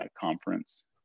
conference